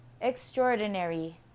extraordinary